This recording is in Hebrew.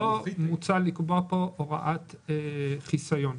לא מוצע לקבוע פה הוראת חיסיון.